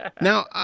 Now